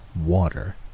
water